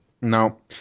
No